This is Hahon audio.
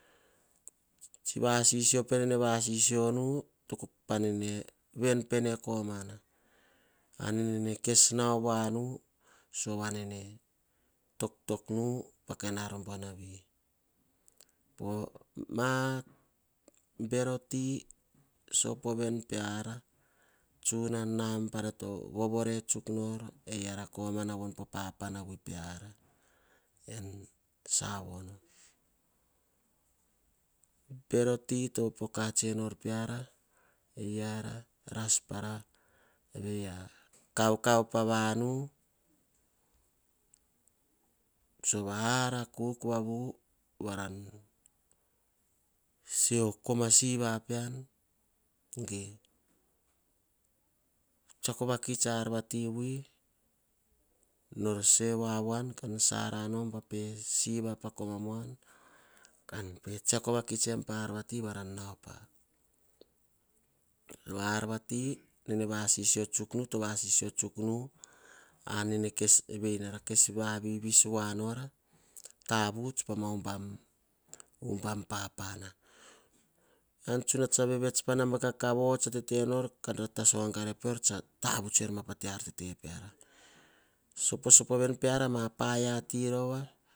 Tsi vasisio vane, nene vasisio nu nene kes nao vaonu ane toktok pakain ar buanavi poh ma bero ti nabana tovovore tsuk nor oh papana peara en vanu en savono. Bero ti to popoka enor peara pah kavkav pavanu. Sova ar akuk, se okoma siva pean. Tsiako vakita ah arvati vui nor se varan nau pah arvati kiene vasisi tsuk nu arnara kes vavivis voa nora poh ubam papana. Ean tsuna tsa vevets pah naba kakavo. Tsa tetenor kah tavuts er mapa ma ar tete peara soposopo veni rova ama paia ti rova.